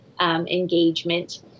engagement